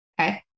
Okay